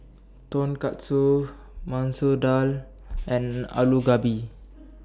Tonkatsu Masoor Dal and Alu Gobi